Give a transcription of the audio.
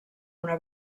una